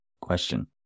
Question